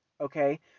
Okay